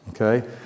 okay